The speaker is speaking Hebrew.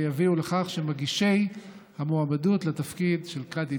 שיביאו לכך שמגישי המועמדות לתפקיד של קאדי